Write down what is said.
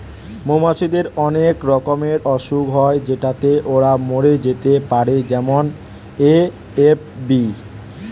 মৌমাছিদের অনেক রকমের অসুখ হয় যেটাতে ওরা মরে যেতে পারে যেমন এ.এফ.বি